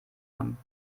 haben